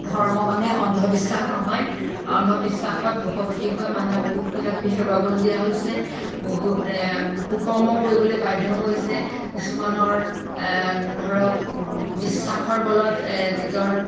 ধৰ্ম মানে অন্ধবিশ্বাস নহয় অন্ধবিশ্বাসত বশবৰ্তী হৈ মানুহে বহুত কিবা কিবি হেৰুৱাবলগীয়া হৈছে বহুত কুকৰ্ম কৰিবলৈ বাধ্য হৈছে কিছুমানৰ ধৰক বিশ্বাসৰ বলত নিজৰ